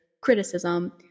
criticism